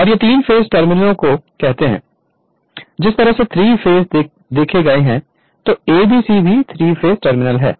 और ये 3 फेस टर्मिनलों को कहते हैं जिस तरह से 3 फेस देखे गए हैं तो A B C भी 3 फेस टर्मिनल है